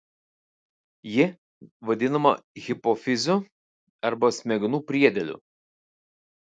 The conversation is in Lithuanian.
ji vadinama hipofiziu arba smegenų priedėliu